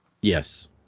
Yes